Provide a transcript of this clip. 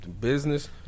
business